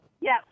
Yes